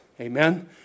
Amen